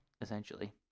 essentially